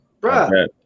bruh